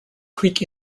creek